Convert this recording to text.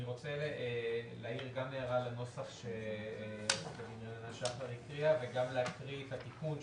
אני רוצה גם להעיר הערה לנוסח שרננה שחר הקריאה וגם להקריא את התיקון.